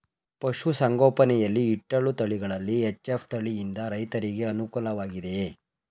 ಪಶು ಸಂಗೋಪನೆ ಯಲ್ಲಿ ಇಟ್ಟಳು ತಳಿಗಳಲ್ಲಿ ಎಚ್.ಎಫ್ ತಳಿ ಯಿಂದ ರೈತರಿಗೆ ಅನುಕೂಲ ವಾಗಿದೆಯೇ?